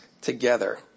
together